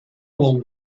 will